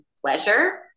pleasure –